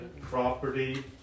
property